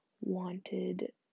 wanted